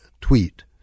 tweet